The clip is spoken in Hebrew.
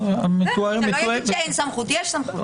שלא יגיד שאין סמכות, יש סמכות.